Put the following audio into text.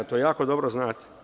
To jako dobro znate.